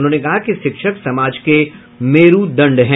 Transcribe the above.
उन्होंने कहा कि शिक्षक समाज के मेरूदण्ड हैं